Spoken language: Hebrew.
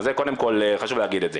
אז זה קודם כל חשוב להגיד את זה.